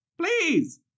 Please